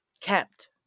kept